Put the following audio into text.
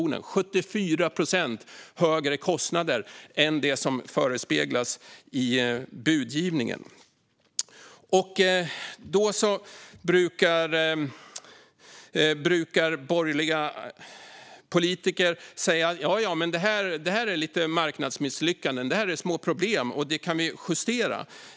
Kostnaderna blir 74 procent högre än de som förespeglas i budgivningen. Då brukar borgerliga politiker säga: Ja, ja, men det här är lite marknadsmisslyckanden. Det är små problem som vi kan justera.